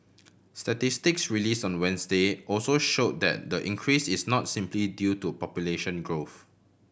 statistics release on Wednesday also show that the increase is not simply due to population growth